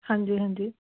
ਹਾਂਜੀ ਹਾਂਜੀ